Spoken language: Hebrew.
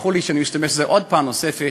תסלחו לי שאני משתמש בזה עוד פעם נוספת,